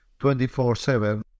24-7